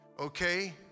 Okay